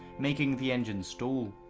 making the engine stall.